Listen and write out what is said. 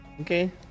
okay